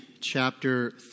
chapter